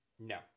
No